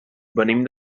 venim